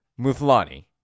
Muthlani